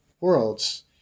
worlds